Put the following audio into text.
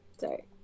sorry